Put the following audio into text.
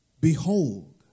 Behold